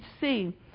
see